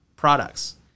products